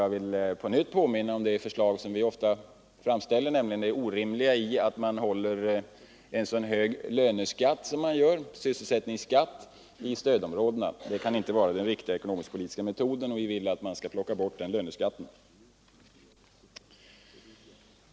Jag vill påminna om vad vi ofta framhållit, nämligen orimligheten i att man i stödområdena håller en så hög sysselsättningsskatt som man gör. Det kan inte vara den riktiga ekonomisk-politiska metoden. Vi vill att man skall plocka bort den löneskatten.